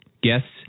guests